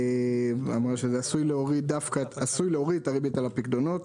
ואמרה שזה עשוי להוריד את הריבית על הפיקדונות,